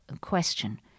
question